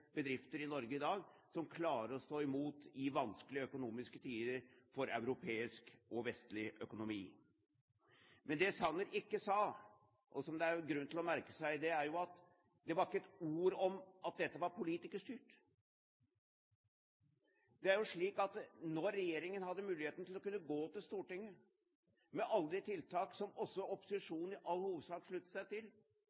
bedrifter i Norge i dag som klarer å stå imot i vanskelige økonomiske tider for europeisk og vestlig økonomi. Men Sanner sa, som det er grunn til å merke seg, ikke ett ord om at dette var politikerstyrt. Når regjeringen hadde muligheten til å gå til Stortinget med alle de tiltak som også